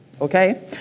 Okay